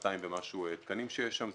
200 ומשהו תקנים שיש שם.